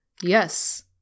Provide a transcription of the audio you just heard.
Yes